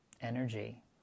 energy